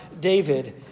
David